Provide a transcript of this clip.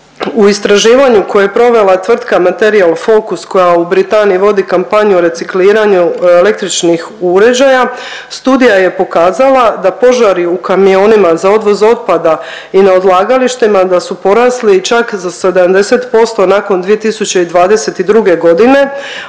U istraživanju koje je provela tvrtka Material Focus koja u Britaniji vodi kampanju recikliranju električnih uređaja, studija je pokazala da požari u kamionima za odvoz otpada i na odlagalištima, da su porasli čak za 70% nakon 2022. g.,